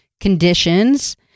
conditions